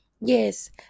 Yes